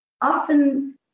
often